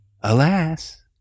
Alas